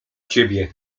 ciebie